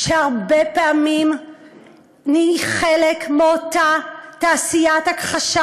שהרבה פעמים היא חלק מאותה תעשיית הכחשה